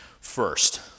first